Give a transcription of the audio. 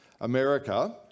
America